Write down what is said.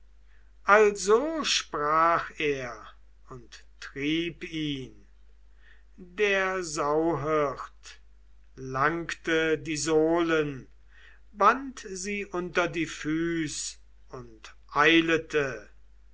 also sprach er und trieb ihn der sauhirt langte die sohlen band sie unter die füß und eilete